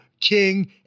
king